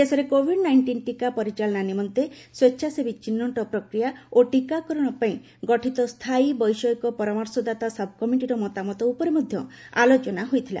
ଦେଶରେ COVID nineteen ଟିକା ପରିଚାଳନା ନିମନ୍ତେ ସ୍ୱଚ୍ଛାସେବୀ ଚିହ୍ନଟ ପ୍ରକ୍ରିୟା ଓ ଟିକାକରଣ ପାଇଁ ଗଠିତ ସ୍ଥାୟୀ ବୈଷୟିକ ପରାମର୍ଶଦାତା ସବ୍କମିଟିର ମତାମତ ଉପରେ ମଧ୍ୟ ଆଲୋଚନା ହୋଇଥିଲା